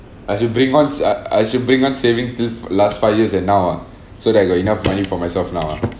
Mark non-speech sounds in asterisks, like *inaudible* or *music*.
as you bring on *noise* uh as you bring on saving till last five years and now ah so that I got enough money for myself now ah